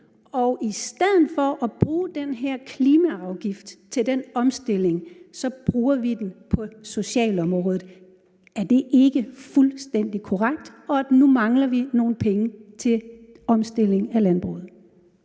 I stedet for at bruge den her klimaafgift på den omstilling, bruger vi den på socialområdet. Er det ikke fuldstændig korrekt – og at vi nu mangler nogle penge til omstilling af landbruget?